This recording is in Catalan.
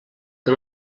que